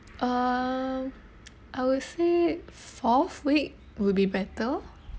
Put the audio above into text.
uh I will say fourth week will be better